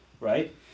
right